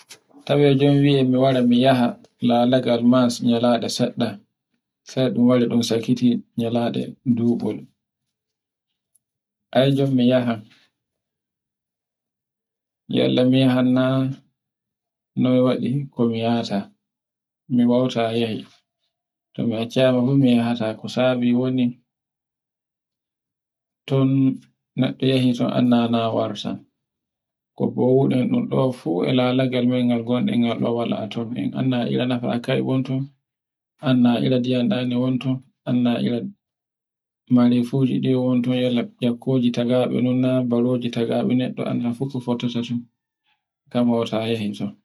To wia joni mi wara mi yaha lalagal Mars nyalanɗe seɗɗa sai ɗun wari ɗun sakiti nyalaɗe dubol. Ai njul mi yahai, nyalla mi yahai naa now waɗi ko miyata. Mi wawta yahi, to mi accama fu mi yahaata, ko sabi woni, ton neɗɗo yehi to anna na warta. Ko bowuɗen ɗo fu e nanagal ngal gonɗe e lalagal ngal do wala to min anna na irena fa kai gotum anna na ire ndiyam ɗan gondu. mare fuji ɗi wonte e anna ko fotata ton.